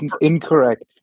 incorrect